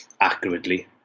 accurately